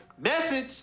Message